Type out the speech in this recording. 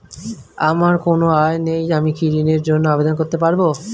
আমার কোনো আয় নেই আমি কি ঋণের জন্য আবেদন করতে পারব?